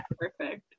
Perfect